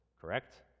correct